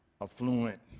affluent